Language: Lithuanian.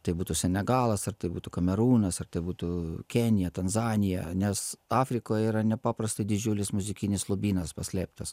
tai būtų senegalas ar tai būtų kamerūnas ar tai būtų kenija tanzanija nes afrikoje yra nepaprastai didžiulis muzikinis lobynas paslėptas